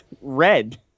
red